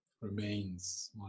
remains